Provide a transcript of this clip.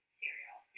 cereal